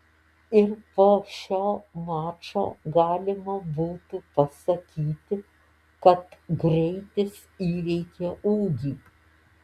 ir po šio mačo galima būtų pasakyti kad greitis įveikė ūgį